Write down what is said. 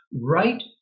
right